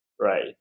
right